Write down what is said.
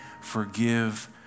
forgive